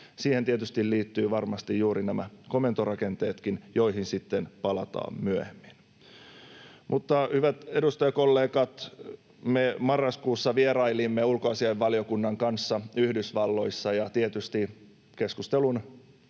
Siihen tietysti liittyvät varmasti juuri nämä komentorakenteetkin, joihin sitten palataan myöhemmin. Hyvät edustajakollegat, me marraskuussa vierailimme ulkoasiainvaliokunnan kanssa Yhdysvalloissa, ja tietysti keskustelun